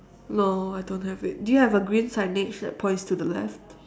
no I don't have it do you have a green signage that points to the left